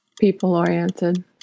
People-oriented